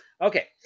Okay